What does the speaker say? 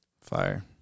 Fire